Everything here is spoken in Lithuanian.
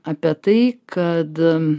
apie tai kad